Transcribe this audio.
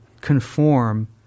conform